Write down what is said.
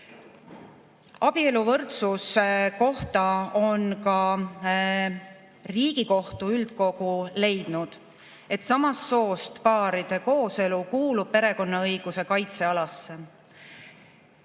Abieluvõrdsuse kohta on ka Riigikohtu üldkogu leidnud, et samast soost paaride kooselu kuulub perekonnaõiguse kaitsealasse